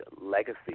legacy